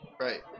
Right